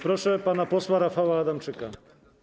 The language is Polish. Proszę pana posła Rafała Adamczyka.